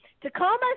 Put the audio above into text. Tacoma